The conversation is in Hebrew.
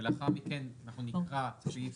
ולאחר מכן אנחנו נקרא סעיף,